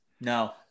no